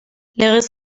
legez